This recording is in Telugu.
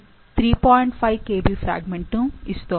5 Kb ఫ్రాగ్మెంట్ ని ఇస్తోంది